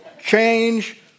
Change